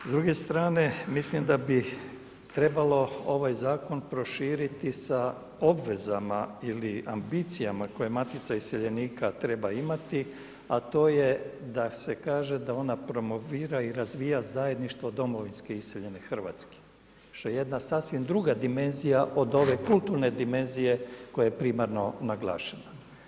S druge strane, mislim da bi trebalo ovaj zakon proširiti sa obvezama ili ambicijama koje Matica iseljenika treba imati a to je da se kaže da ona promovira i razvija zajedništvo domovinske iseljene Hrvatske što je jedna sasvim druga dimenzija od ove kulturne dimenzije koja je primarno naglašena.